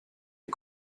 est